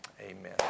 Amen